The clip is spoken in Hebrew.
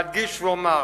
אדגיש ואומר,